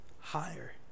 higher